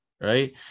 right